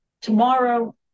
tomorrow